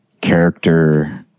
character